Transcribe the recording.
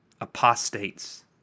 apostates